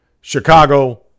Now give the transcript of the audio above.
Chicago